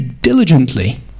diligently